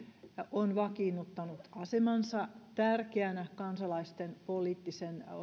on vakiinnuttanut asemansa tärkeänä kansalaisten poliittisen